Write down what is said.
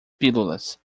pílulas